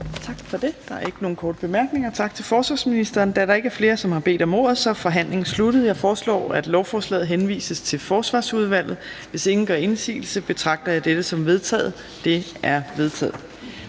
Tak for det. Der er ikke nogen korte bemærkninger. Tak til forsvarsministeren. Da der ikke er flere, der har bedt om ordet, er forhandlingen sluttet. Jeg foreslår, at lovforslaget henvises til Forsvarsudvalget. Hvis ingen gør indsigelse, betragter jeg dette som vedtaget. Det er vedtaget.